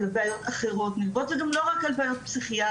אלא בעיות אחרות נלוות וגם לא רק בעיות פסיכיאטריות,